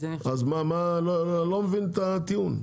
אני לא מבין את הטיעון.